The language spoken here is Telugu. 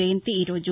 జయంతి ఈ రోజు